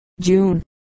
June